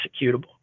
executable